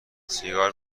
سیگار